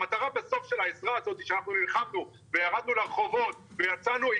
המטרה בסוף של העזרה הזאת היא שאנחנו נלחמנו וירדנו לרחובות ויצאנו,